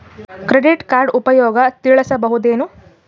Credit card ಉಪಯೋಗ ತಿಳಸಬಹುದೇನು?